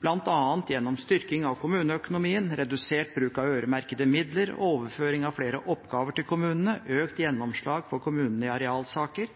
bl.a. gjennom styrking av kommuneøkonomien redusert bruk av øremerkede midler overføring av flere oppgaver til kommunene økt gjennomslag for kommunene i arealsaker